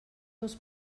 dels